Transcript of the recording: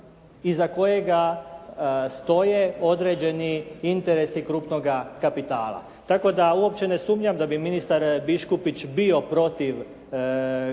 iza kojega stoje određeni interesi krupnoga kapitala. Tako da uopće ne sumnjam da bi ministar Biškupić bio protiv kanala